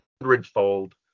Hundredfold